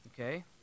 okay